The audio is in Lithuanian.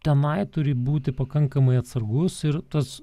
tenai turi būti pakankamai atsargus ir tas